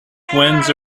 twins